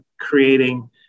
creating